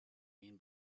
mean